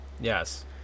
Yes